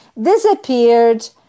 disappeared